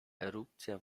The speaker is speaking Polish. erupcja